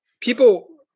people